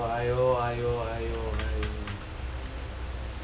!aiyo! !aiyo! !aiyo! !aiyo! !aiyo!